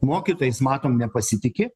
mokytojais matom nepasitiki